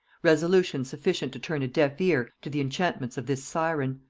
resolution sufficient to turn a deaf ear to the enchantments of this syren.